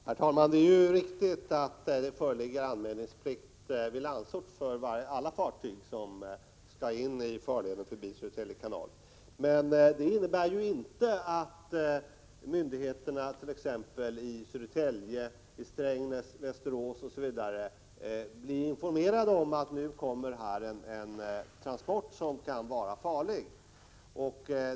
Herr talman! Det är riktigt att det föreligger anmälningsplikt vid Landsort för alla fartyg som skall in i farleden och genom Södertälje kanal. Men det innebär inte att myndigheterna vidt.ex. Södertälje, Strängnäs, Västerås osv. blir informerade om att det kommer en transport som kan vara farlig.